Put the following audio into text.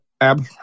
Ab